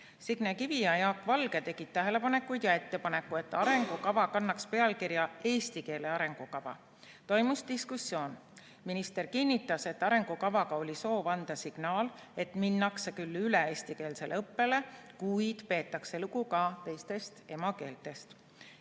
Signe Kivi ja Jaak Valge tegid tähelepanekuid ja ettepaneku, et arengukava kannaks pealkirja "Eesti keele arengukava". Toimus diskussioon. Minister kinnitas, et arengukavaga oli soov anda signaal, et minnakse küll üle eestikeelsele õppele, kuid peetakse lugu ka teistest emakeeltest.